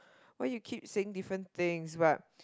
why you keep saying different things but